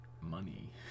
money